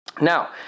Now